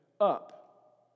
up